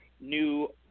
new